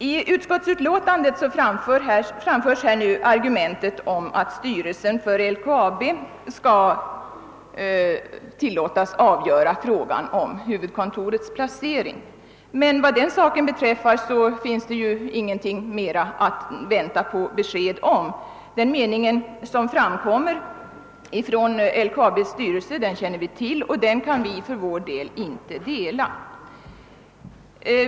I utskottsutlåtandet framföres argumentet att styrelsen för LKAB skall tilllåtas avgöra frågan om huvudkontorets placering. Vad den saken beträffar finns det ingenting mer att vänta på besked om. Den mening som LKAB:s styrelse har känner vi till och den kan vi för vår del inte dela.